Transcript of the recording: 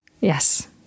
Yes